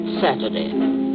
Saturday